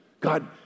God